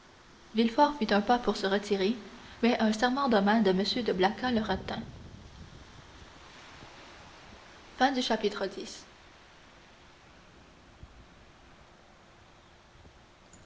villefort fit un pas pour se retirer mais un serrement de main de m de blacas le retint